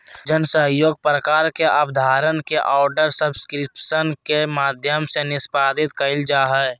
जन सहइोग प्रकार के अबधारणा के आर्डर सब्सक्रिप्शन के माध्यम से निष्पादित कइल जा हइ